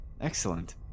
Excellent